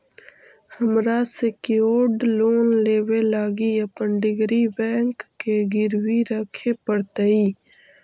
हमरा secured loan लेबे लागी अपन डिग्री बैंक के गिरवी रखे पड़तई